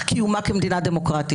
קיומה של מדינת ישראל כמדינה דמוקרטית.